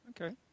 Okay